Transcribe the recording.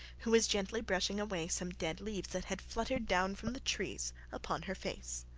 who was gently brushing away some dead leaves that had fluttered down from the trees upon her face.